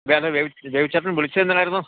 എന്തായിരുന്നു Baby Baby ചേട്ടൻ വിളിച്ചത് എന്തിനായിരുന്നു